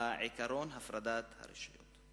בעקרון הפרדת הרשויות.